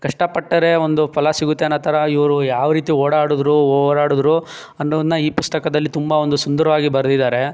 ಕಷ್ಟ ಪಟ್ಟರೆ ಒಂದು ಫಲ ಸಿಗುತ್ತೆ ಅನ್ನೋ ಥರ ಇವರು ಯಾವ ರೀತಿ ಓಡಾಡಿದ್ರು ಓಡಾಡಿದ್ರು ಅನ್ನೋದನ್ನು ಈ ಪುಸ್ತಕದಲ್ಲಿ ತುಂಬ ಒಂದು ಸುಂದರವಾಗಿ ಬರ್ದಿದ್ದಾರೆ